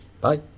Bye